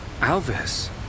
Alvis